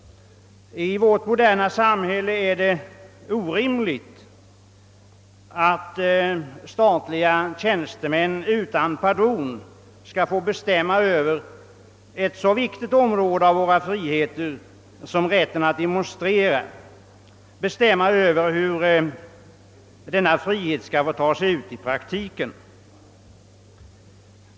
I vårt moderna samhälle är det orimligt att statliga tjänstemän utan pardon skall få bestämma över ett så viktigt område av vår frihet som rätten att demonstrera, bestämma hur denna frihet skall få ta sig uttryck i praktiken.